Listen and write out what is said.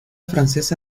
francesa